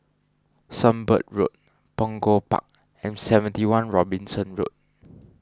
Sunbird Road Punggol Park and seventy one Robinson Road